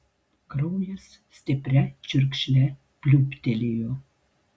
kraujas stipria čiurkšle pliūptelėjo